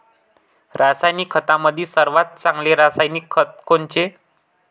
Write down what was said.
रासायनिक खतामंदी सर्वात चांगले रासायनिक खत कोनचे?